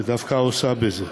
שדווקא עושה בזה,